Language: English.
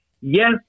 Yes